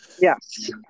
Yes